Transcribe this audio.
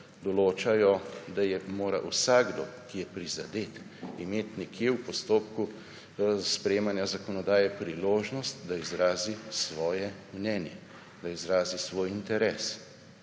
določajo, da mora vsakdo, ki je prizadet, imeti nekje v postopku sprejemanja zakonodaje priložnost, da izrazi svoje mnenje, da izrazi svoj interes.